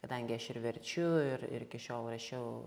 kadangi aš ir verčiu ir ir iki šiol rašiau